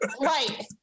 Right